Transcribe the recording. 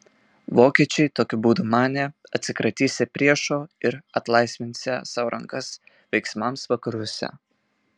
vokiečiai tokiu būdu manė atsikratysią priešo ir atlaisvinsią sau rankas veiksmams vakaruose